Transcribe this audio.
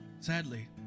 Sadly